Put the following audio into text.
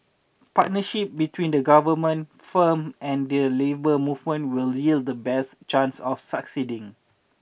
partnership between the Government firm and their labour movement will yield the best chance of succeeding